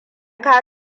ka